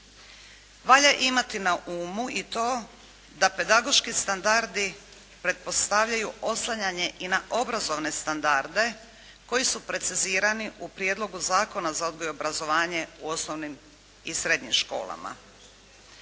Valja imati na umu i to da pedagoški standardi pretpostavljaju oslanjanje i na obrazovne standarde koji su precizirani u Prijedlogu zakona za odgoj i obrazovanje u osnovnim i srednjim školama.